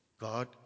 God